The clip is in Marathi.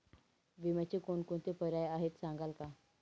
विम्याचे कोणकोणते पर्याय आहेत सांगाल का?